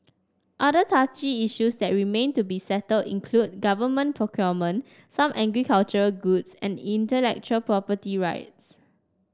other touchy issues that remain to be settled include government procurement some agricultural goods and intellectual property rights